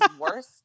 worse